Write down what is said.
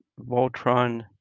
Voltron